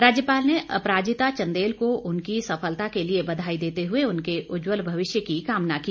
राज्यपाल ने अपराजिता चंदेल को उनकी सफलता के लिए बधाई देते हुए उनके उज्जवल भविष्य की कामना की